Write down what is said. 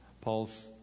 Paul's